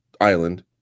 island